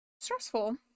stressful